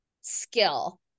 skill